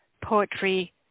Poetry